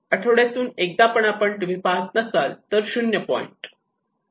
आठवड्यातून एकदा पण टीव्ही पाहत नसाल तर 0 पॉईंट